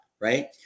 right